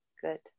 good